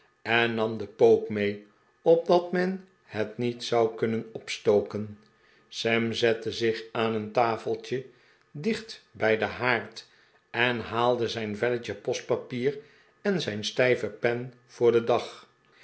en nam den pook mee opdat men het niet zou kunnen opstoken sam zette zich aan een tafeltje dicht bij den haard en haalde zijn velletje postpapier en zijn stijve pen voor den dag